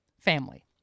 Family